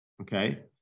okay